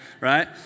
right